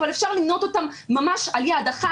אבל אפשר למנות אותן ממש על יד אחת.